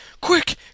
Quick